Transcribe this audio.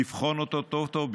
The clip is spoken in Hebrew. לבחון אותו טוב-טוב,